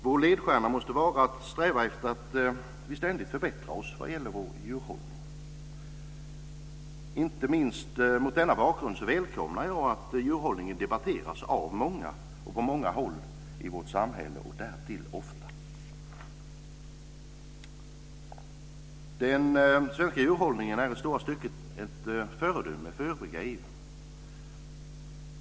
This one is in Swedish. Vår ledstjärna måste vara att sträva efter att ständigt förbättra oss vad gäller vår djurhållning. Inte minst mot denna bakgrund välkomnar jag att djurhållningen debatteras av många och på många håll i vårt samhälle och därtill ofta. Den svenska djurhållningen är i stora stycken ett föredöme för övriga EU.